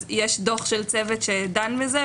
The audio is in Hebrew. אז יש דוח של צוות שדן בזה,